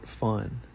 fun